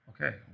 Okay